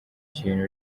kintu